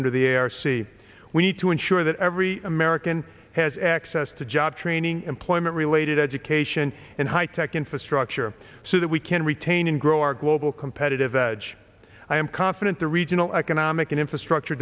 under the air see we need to ensure that every american has access to job training employment related education and high tech infrastructure so that we can retain and grow our global competitive edge i'm confident the regional economic and infrastructure